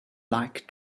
like